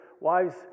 Wives